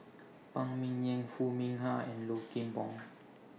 Phan Ming Yen Foo Mee Har and Low Kim Pong